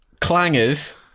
clangers